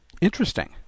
Interesting